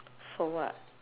for what